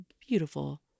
beautiful